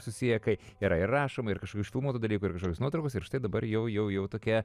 susiję kai yra ir rašoma ir kažkokių užfilmuotų dalykų ir kažkokios nuotraukos ir štai dabar jau jau tokia